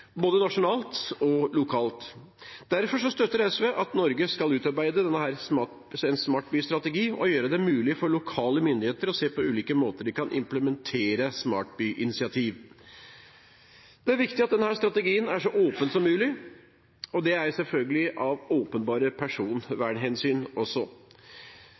både nasjonalt og lokalt. Derfor støtter SV at Norge skal utarbeide en smartbystrategi og gjøre det mulig for lokale myndigheter å se på ulike måter de kan implementere smartbyinitiativer på. Det er viktig at denne strategien er så åpen som mulig, og det er selvfølgelig også av åpenbare